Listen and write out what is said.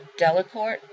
Delacorte